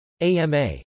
AMA